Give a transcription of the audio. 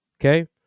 okay